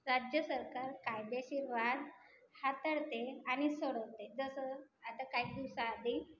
राज्य सरकार कायदेशीर वाद हाताळते आणि सोडवते जसं आता काही दिवसाआधी